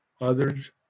Others